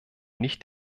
nicht